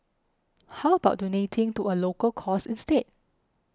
how about donating to a local cause instead